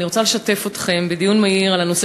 ואני רוצה לשתף אתכם בדיון מהיר בנושא